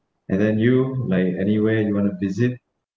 and then you like anywhere you want to visit